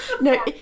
No